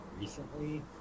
recently